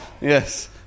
Yes